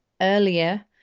earlier